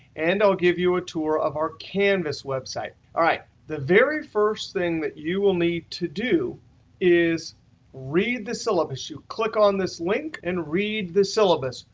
and i'll give you a tour of our canvas web site. all right. the very first thing that you will need to do is read the syllabus. you click on this link and read the syllabus.